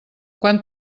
quan